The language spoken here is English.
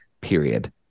period